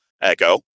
Echo